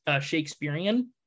Shakespearean